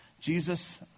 Jesus